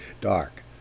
Dark